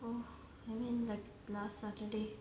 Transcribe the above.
orh I mean like last saturday